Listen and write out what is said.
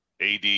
AD